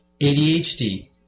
ADHD